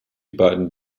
beiden